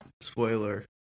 spoiler